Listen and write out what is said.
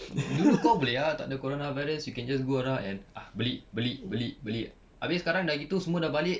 dulu kau boleh ah tak ada coronavirus you can just go around and ah beli beli beli beli abeh sekarang dah gitu semua dah balik